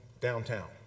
downtown